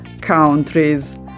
countries